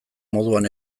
moduan